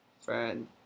friend